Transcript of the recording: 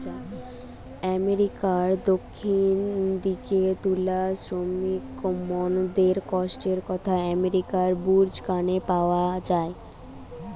আমেরিকার দক্ষিণ দিকের তুলা শ্রমিকমনকের কষ্টর কথা আগেকিরার ব্লুজ গানে পাওয়া যায়